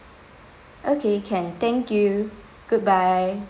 okay can thank you goodbye